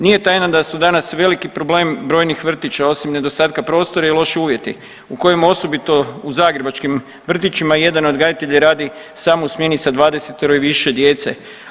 Nije tajna da su danas veliki problem brojnih vrtića osim nedostatka prostora i loši uvjeti u kojima osobito u zagrebačkim vrtićima jedan odgajatelj radi samo u smjeni sa 20 i više djece.